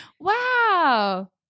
Wow